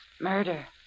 murder